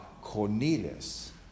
Cornelius